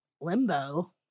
limbo